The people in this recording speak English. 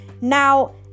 now